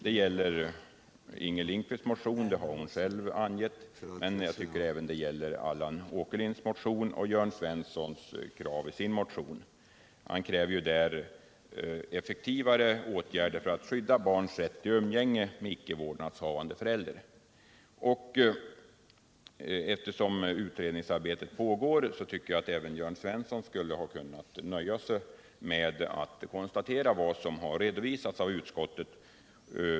Det gäller Inger Lindquists motion, som hon själv nyss sagt. Jag tycker att det även gäller Allan Åkerlinds motion och de krav som Jörn Svensson framför i sin motion. Jörn Svensson kräver effektivare åtgärder för att skydda barns rätt till umgänge med icke vårdnadshavande förälder. Eftersom utredningsarbete pågår tycker jag att även Jörn Svensson skulle ha kunnat nöja sig med att konstatera vad som har redovisats av utskottet.